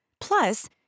Plus